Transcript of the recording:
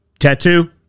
Tattoo